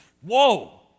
Whoa